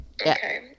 okay